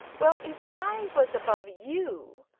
well, if i was above you,